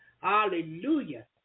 Hallelujah